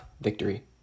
victory